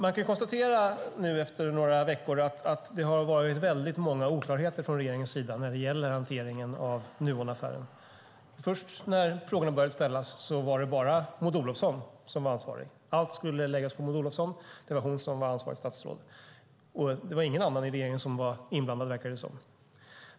Man kan nu konstatera efter några veckor att det har varit väldigt många oklarheter från regeringens sida när det gäller hanteringen av Nuonaffären. Först när frågorna började ställas var det bara Maud Olofsson som var ansvarig. Allt skulle läggas på Maud Olofsson - det var hon som var ansvarigt statsråd. Det var ingen annan i regeringen som var inblandad, verkade det som.